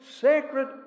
sacred